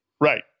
Right